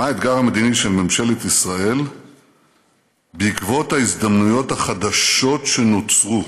מה האתגר המדיני של ממשלת ישראל בעקבות ההזדמנויות החדשות שנוצרו.